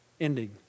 ending